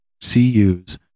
CUs